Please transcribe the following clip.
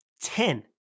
Ten